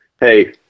hey